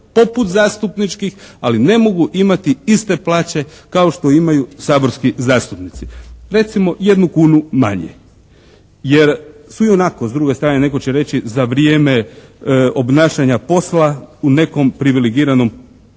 poput zastupničkih, ali ne mogu imati iste plaće kao što imaju saborski zastupnici recimo jednu kunu manje jer su ionako s druge strane, netko će reći za vrijeme obnašanja posla u nekom privilegiranom